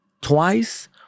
twice